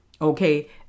Okay